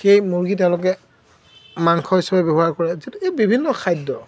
সেই মুৰ্গী তেওঁলোকে মাংস হিচাপে ব্যৱহাৰ কৰে যিহেতু এই বিভিন্ন খাদ্য